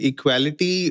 Equality